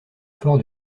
fort